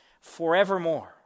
forevermore